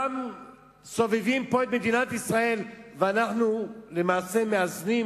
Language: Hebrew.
שסובבות פה את מדינת ישראל, ואנחנו למעשה מאזנים